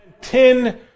ten